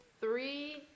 three